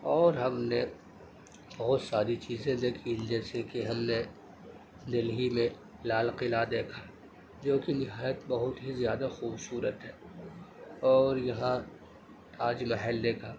اور ہم نے بہت ساری چیزیں دیکھیں جیسے کہ ہم نے دلہی میں لال قلعہ دیکھا جو کہ نہایت بہت ہی زیادہ خوبصورت ہے اور یہاں تاج محل دیکھا